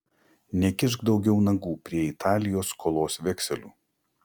nekišk daugiau nagų prie italijos skolos vekselių